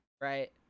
right